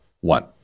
one